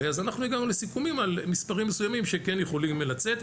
אז אנחנו הגענו לסיכומים על מספרים מסוימים שכן יכולים לצאת,